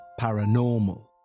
Paranormal